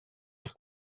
els